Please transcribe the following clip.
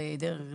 אז אין הרבה